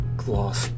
gloss